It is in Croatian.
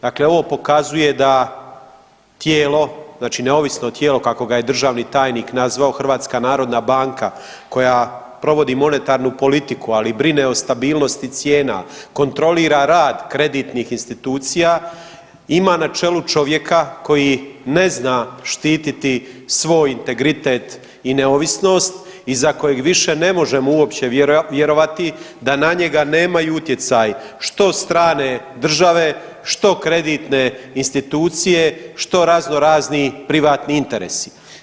Dakle ovo pokazuje da tijelo, znači neovisno tijelo, kako ga je državni tajnik nazvao, HNB koja provodi monetarnu politiku, ali i brine o stabilnosti cijena, kontrolira rad kreditnih institucija, ima na čelu čovjeka koji ne zna štititi svoj integritet i neovisnost i za kojeg više ne možemo uopće vjerovati da na njega nemaju utjecaj što strane države, što kreditne institucije, što razno razni privatni interesi.